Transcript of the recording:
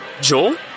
Joel